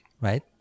right